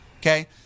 okay